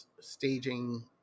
staging